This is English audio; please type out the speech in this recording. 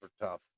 tough